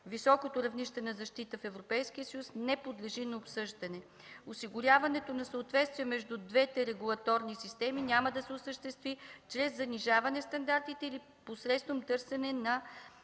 Високото равнище на защита в Европейския съюз не подлежи на обсъждане. Осигуряването на съответствие между двете регулаторни системи няма да се осъществи чрез занижаване на стандартите или посредством търсене на